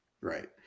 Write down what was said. right